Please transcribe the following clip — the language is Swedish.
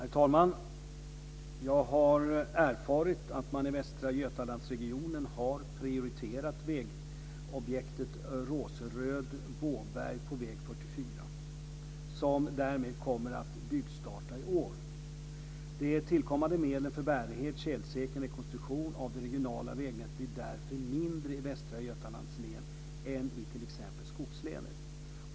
Herr talman! Jag har erfarit att man i Västra Götalandsregionen har prioriterat vägobjektet Råseröd Båberg på väg 44, och bygget kommer att starta i år. De tillkommande medlen för bärighet, tjälsäkring och rekonstruktion av det regionala vägnätet blir därför mindre i Västra Götalands län än i t.ex. skogslänen.